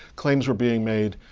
claims were being made,